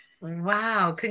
Wow